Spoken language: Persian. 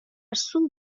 سوپ